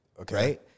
Okay